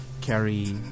carry